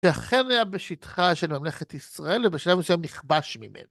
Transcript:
שאכן היה בשטחה של ממלכת ישראל, ובשלב מסוים נכבש ממנו.